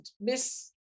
Miss